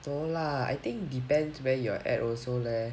no lah I think depends where you're at also leh